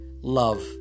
love